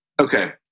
Okay